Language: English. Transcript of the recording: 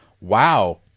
Wow